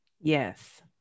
Yes